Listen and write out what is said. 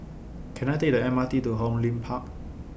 Can I Take The M R T to Hong Lim Park